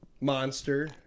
monster